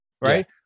right